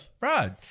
right